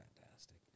fantastic